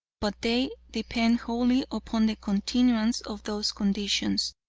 but they depend wholly upon the continuance of those conditions.